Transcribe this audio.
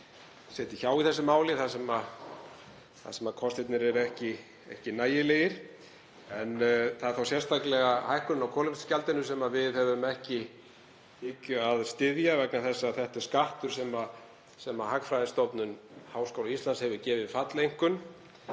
setið hjá í þessu máli þar sem kostirnir eru ekki nægilegir. Það er þá sérstaklega hækkun á kolefnisgjaldinu sem við höfum ekki í hyggju að styðja. Þetta er skattur sem Hagfræðistofnun Háskóla Íslands hefur gefið falleinkunn,